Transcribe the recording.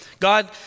God